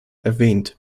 erwähnt